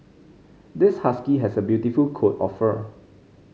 this husky has a beautiful coat of fur